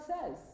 says